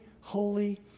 holy